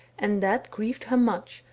and that grieved her much,